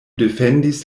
defendis